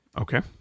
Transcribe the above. okay